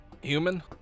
Human